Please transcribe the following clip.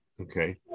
Okay